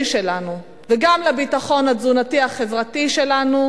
שלנו וגם לביטחון התזונתי-החברתי שלנו,